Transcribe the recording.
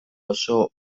oso